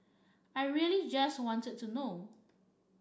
I really just wanted to know